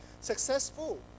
successful